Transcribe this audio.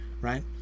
right